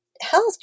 health